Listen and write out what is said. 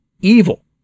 evil